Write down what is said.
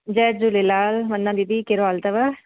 जय झूलेलाल वंदना दीदी कहिड़ो हाल अथव